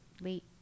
late